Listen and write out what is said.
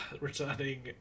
returning